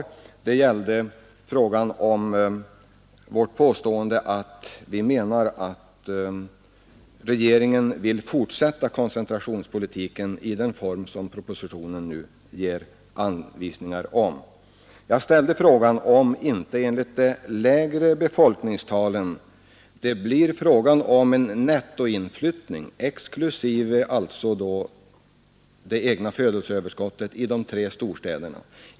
Jag ber nu att få upprepa dem till herr statsrådet. Centern anser att regeringen vill fortsätta koncentrationspolitiken i den form som anges i propositionerna 1972:111 och 1973:50. Jag frågade om det inte enligt de lägre befolkningstalen blir en nettoinflyttning, alltså exklusive det egna födelseöverskottet, i de tre storstäderna.